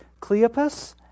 Cleopas